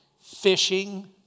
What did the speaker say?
Fishing